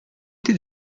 did